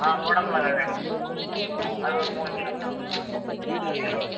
ஆ குடை மிளகாய் வேணும் அது ஒரு மூணு கிலோ மூணு கிலோ